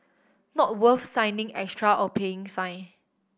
not worth signing extra or paying fine